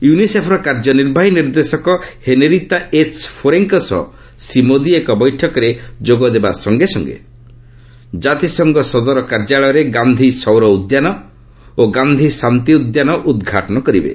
ୟୁନିସେଫ୍ର କାର୍ଯ୍ୟ ନିର୍ବାହୀ ନିର୍ଦ୍ଦେଶକ ହେନେରିତା ଏଚ୍ ଫୋରେଙ୍କ ସହ ଶ୍ରୀ ମୋଦୀ ଏକ ବୈଠକରେ ଯୋଗ ଦେବା ସଙ୍ଗେ ସଙ୍ଗେ ଜାତିସଂଘ ସଦର କାର୍ଯ୍ୟାଳୟରେ ଗାନ୍ଧି ସୌର ଉଦ୍ୟାନ ଓ ଗାନ୍ଧି ଶାନ୍ତି ଉଦ୍ୟାନ ଉଦ୍ଘାଟନ କରିବେ